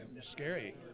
scary